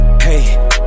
Hey